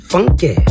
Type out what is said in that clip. Funky